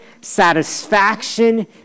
satisfaction